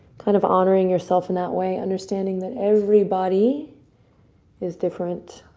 kind of honoring yourself in that way. understanding that every body is different